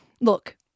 Look